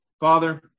Father